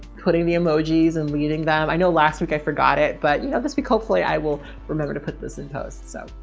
putting the emojis and leading them. i know last week i forgot it, but you know, this week, hopefully i will remember to put this in post. so,